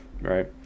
right